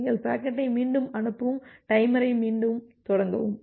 நீங்கள் பாக்கெட்டை மீண்டும் அனுப்பவும் டைமரை மீண்டும் தொடங்கவும்